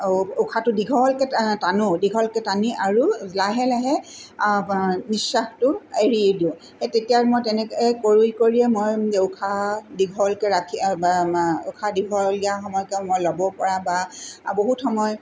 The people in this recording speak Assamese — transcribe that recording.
উশাহটো দীঘলকৈ মই টানো দীঘলকৈ টানি আৰু লাহে লাহে নিশ্বাসটো এৰি দিওঁ সেই তেতিয়া মই তেনেকৈয়ে কৰি কৰি মই উশাহ দীঘলকৈ ৰাখি উশাহ দীঘলীয়া সময়লৈকে মই ল'ব পৰা বা বহুত সময়